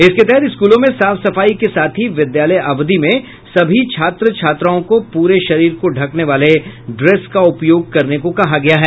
इसके तहत स्कूलों में साफ सफाई के साथ ही विद्यालय अवधि में सभी छात्र छात्राओं को पूरे शरीर को ढकने वाले ड्रेस का उपयोग करने को कहा गया है